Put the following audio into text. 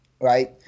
right